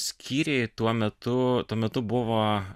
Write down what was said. skyriai tuo metu tuo metu buvo